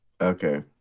Okay